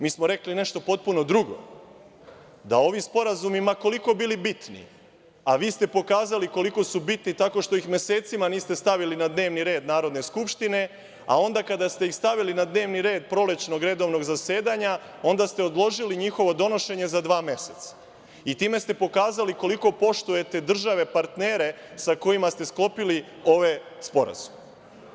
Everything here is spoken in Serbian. Mi smo rekli nešto potpuno drugo, da ovi sporazumi, ma koliko bili bitni, a vi ste pokazali koliko su bitni tako što ih mesecima niste stavili na dnevni red Narodne skupštine, a onda kada ste ih stavili na dnevni red prolećnog redovnog zasedanja, onda ste odložili njihovo donošenje za dva meseca i time ste pokazali koliko poštujete države partnere sa kojima ste sklopili ove sporazume.